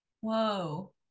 Whoa